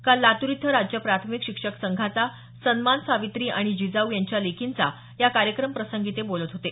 काल लातूर इथं राज्य प्राथमिक शिक्षक संघाचा सन्मान सावित्री आणि जिजाऊ यांच्या लेकींचा या कार्यक्रम प्रसंगी ते बोलत होते